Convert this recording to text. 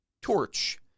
Torch